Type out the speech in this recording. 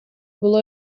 було